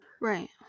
Right